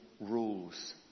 rules